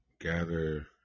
gather